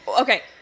Okay